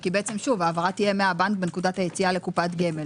ההעברה תהיה מהבנק בנקודת היציאה לקופת גמל.